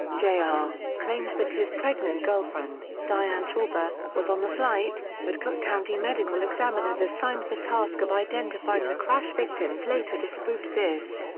jr, ah claimed that his pregnant girlfriend, diane chorba, was on the flight, but cook county medical examiners assigned the task of identifying the crash victims later disproved this.